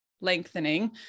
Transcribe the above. lengthening